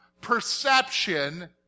perception